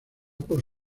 por